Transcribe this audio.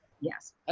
Yes